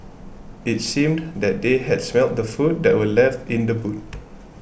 it seemed that they had smelt the food that were left in the boot